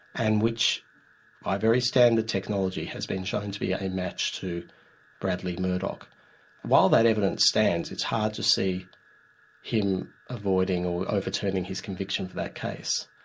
and which by very standard technology has been shown to be a match to bradley murdoch. and while that evidence stands, it's hard to see him avoiding or overturning his conviction for that case.